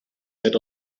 that